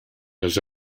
has